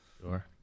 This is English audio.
Sure